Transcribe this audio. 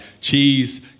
Cheese